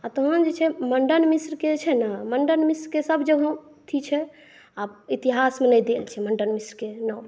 आ तहन जे छै मण्डन मिश्र के जे छै ने मण्डन मिश्र के सबजगह अथी छै आ इतिहास मे नहि देल छै मण्डन मिश्र के नाम